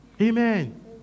Amen